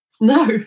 no